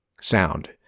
sound